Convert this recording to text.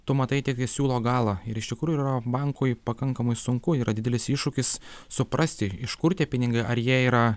tu matai tiktai siūlo galą ir iš tikrųjų yra bankui pakankamai sunku yra didelis iššūkis suprasti iš kur tie pinigai ar jie yra